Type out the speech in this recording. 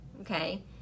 okay